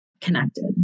connected